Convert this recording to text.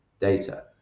data